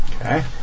Okay